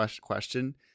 question